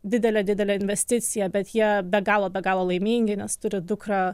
didelė didelė investicija bet jie be galo be galo laimingi nes turi dukrą